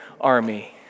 army